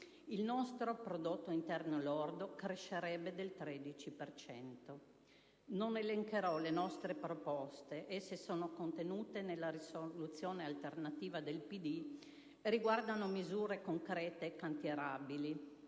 il nostro prodotto interno lordo crescerebbe del 13 per cento. Non elencherò le nostre proposte; esse sono contenute nella proposta di risoluzione alternativa del PD e riguardano misure concrete e cantierabili,